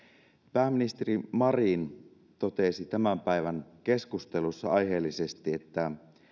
pääministeri marin totesi tämän päivän keskustelussa aiheellisesti että